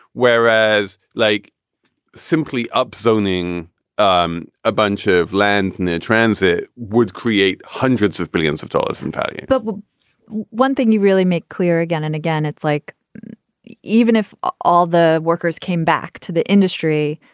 whereas like simply up zoning um a bunch of land and their transit would create hundreds of billions of dollars in value but one thing you really make clear again and again, it's like even if all the workers came back to the industry,